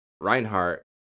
Reinhardt